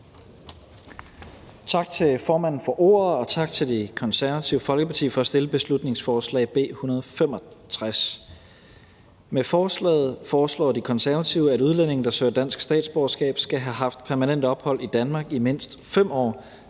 Tak til formanden for ordet, og tak til Det Konservative Folkeparti for at fremsætte beslutningsforslag B 165. Med forslaget foreslår De Konservative, at udlændinge, der søger dansk statsborgerskab, skal have haft permanent ophold i Danmark i mindst 5 år